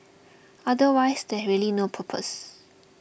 otherwise there's really no purpose